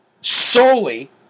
solely